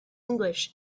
english